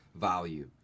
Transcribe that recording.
value